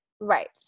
Right